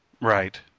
Right